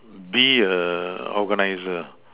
be a organizer